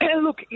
look